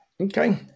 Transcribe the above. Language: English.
Okay